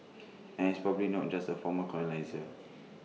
and it's probably not just A former colonisers